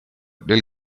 del